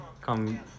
come